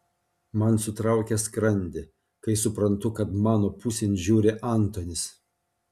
man sutraukia skrandį kai suprantu kad mano pusėn žiūri antonis